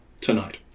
tonight